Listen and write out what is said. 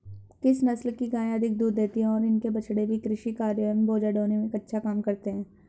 किस नस्ल की गायें अधिक दूध देती हैं और इनके बछड़े भी कृषि कार्यों एवं बोझा ढोने में अच्छा काम करते हैं?